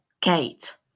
Kate